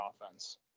offense